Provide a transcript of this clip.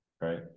right